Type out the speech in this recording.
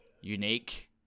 unique